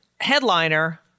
headliner